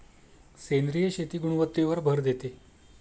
सेंद्रिय शेती गुणवत्तेवर भर देते